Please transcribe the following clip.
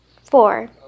Four